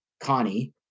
connie